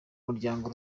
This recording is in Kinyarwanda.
muryango